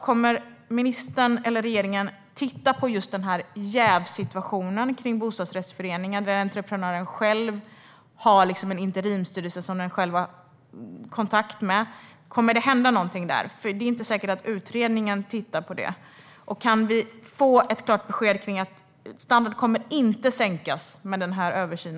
Kommer ministern eller regeringen att titta på jävssituationen i bostadsrättsföreningar där entreprenören har en interimsstyrelse som denne själv har kontakt med? Kommer det att hända något där? Det är inte säkert att utredningen tittar på det. Kan vi få ett klart besked om att standarden inte kommer att sänkas i och med denna översyn?